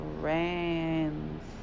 friends